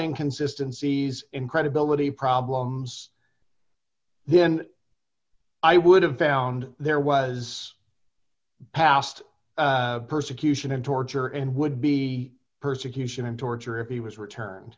in consistencies in credibility problems then i would have found there was past persecution and torture and would be persecution and torture if he was returned